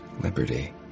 liberty